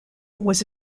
was